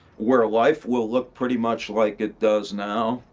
where live will look pretty much like it does now,